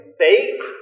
fate